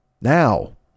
now